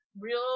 real